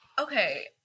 okay